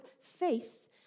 faith